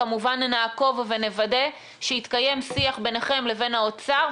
אנחנו כמובן נעקוב ונוודא שיתקיים שיח ביניכם לבין האוצר,